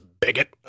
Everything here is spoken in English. bigot